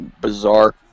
bizarre